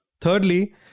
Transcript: Thirdly